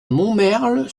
montmerle